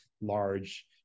large